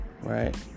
Right